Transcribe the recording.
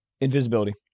invisibility